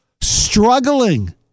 struggling